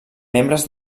membres